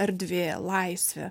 erdvė laisvė